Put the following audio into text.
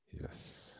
Yes